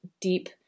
deep